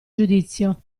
giudizio